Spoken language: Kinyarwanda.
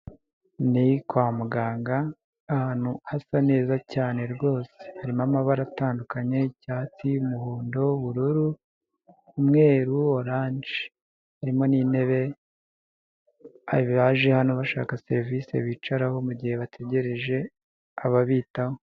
Ni kwa muganga ahantu hasa neza cyane rwose harimo, amabara atandukanye icyatsi, umuhondo, ubururu, umweru, orange, harimo n'intebe abaje hano bashaka serivise bicaraho mu gihe bategereje ababitaho.